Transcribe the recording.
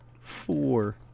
four